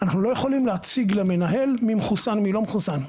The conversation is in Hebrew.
אנחנו לא יכולים להציג למנהל מי מחוסן ומי לא מחוסן.